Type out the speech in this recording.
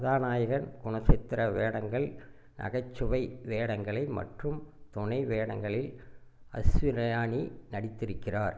கதாநாயகன் குணச்சித்திர வேடங்கள் நகைச்சுவை வேடங்களை மற்றும் துணை வேடங்களில் அஸ்விரானி நடித்திருக்கிறார்